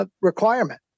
requirement